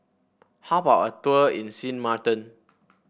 how about a tour in Sint Maarten